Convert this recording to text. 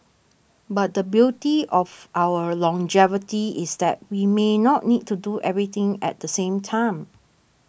but the beauty of our longevity is that we may not need to do everything at the same time